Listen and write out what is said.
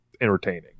entertaining